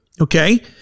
okay